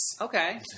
Okay